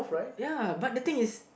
ya but the thing is